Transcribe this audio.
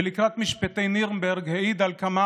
ולקראת משפטי נירנברג העיד על כמה